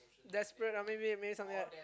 desperate or maybe something like